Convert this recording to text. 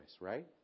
right